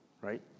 right